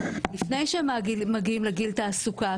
לפני שהם מגיעים לגיל תעסוקה,